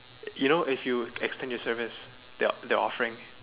you know if you extend your service they are they are offering